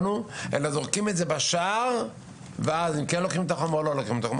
אלא זורקים אותו בשער והם לוקחים או לוקחים אותו.